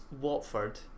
Watford